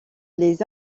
les